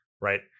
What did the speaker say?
Right